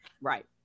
right